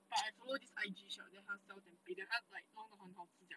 but I follow this I_G shop then 它 sell tempeh then 它 like 弄到很 healthy 这样